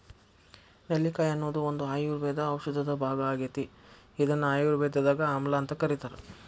ನೆಲ್ಲಿಕಾಯಿ ಅನ್ನೋದು ಒಂದು ಆಯುರ್ವೇದ ಔಷಧದ ಭಾಗ ಆಗೇತಿ, ಇದನ್ನ ಆಯುರ್ವೇದದಾಗ ಆಮ್ಲಾಅಂತ ಕರೇತಾರ